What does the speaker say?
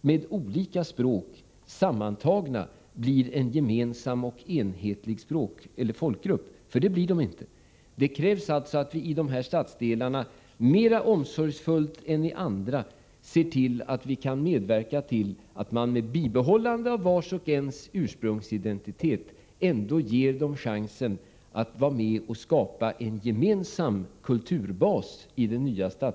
med olika språk sammantagna blir en gemensam och enhetlig folkgrupp — det blir de inte. Det krävs alltså att vi i dessa stadsdelar mera omsorgsfullt än i andra tillser att vi kan medverka till att man med bibehållande av personernas ursprungsidentitet ändå ger dem chansen att vara med och skapa en gemensam kulturbas där.